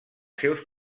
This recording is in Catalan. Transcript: seus